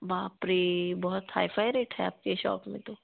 बाप रे बहुत हाई फाई रेट है आपके शॉप में तो